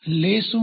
લે શું છે